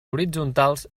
horitzontals